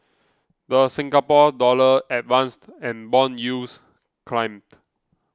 the Singapore Dollar advanced and bond yields climbed